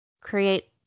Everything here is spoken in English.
create